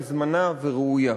בזמנה וראויה,